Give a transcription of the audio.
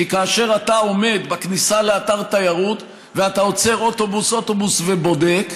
כי כאשר אתה עומד בכניסה לאתר תיירות ואתה עוצר אוטובוס-אוטובוס ובודק,